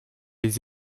les